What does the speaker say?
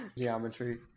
geometry